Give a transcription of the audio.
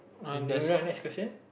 you not next question